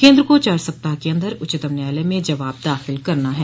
केन्द्र को चार सप्ताह के अंदर उच्चतम न्यायालय में जवाब दाखिल करना है